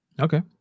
Okay